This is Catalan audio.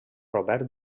robert